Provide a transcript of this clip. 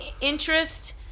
interest